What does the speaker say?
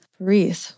breathe